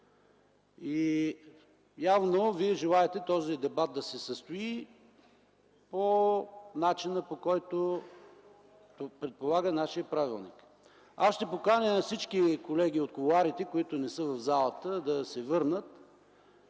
Явно вие желаете този дебат да се състои по начина, по който предполага нашият правилник. Аз ще поканя всички колеги от кулоарите, които не са в залата, да се върнат